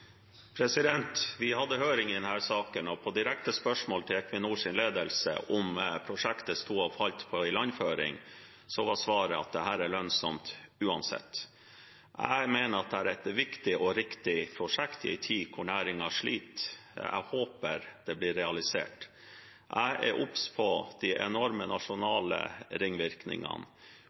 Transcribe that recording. Vi hadde høring i denne saken, og på direkte spørsmål til Equinors ledelse om hvorvidt prosjektet sto og falt på ilandføring, var svaret at dette er lønnsomt uansett. Jeg mener at dette er et viktig og riktig prosjekt i en tid hvor næringen sliter. Jeg håper det blir realisert. Jeg er obs på de enorme nasjonale og regionale ringvirkningene,